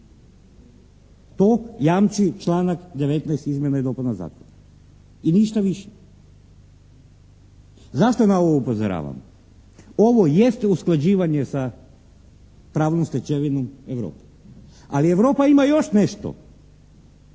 To jamči članak 19. izmjena i dopuna zakona i ništa više. Zašto na ovo upozoravam? Ovo jest usklađivanje sa pravnom stečevinom Europe, ali Europa ima još nešto,